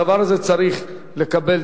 הדבר הזה צריך לקבל